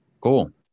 cool